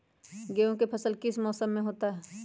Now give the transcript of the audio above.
गेंहू का फसल किस मौसम में अच्छा होता है?